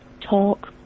talk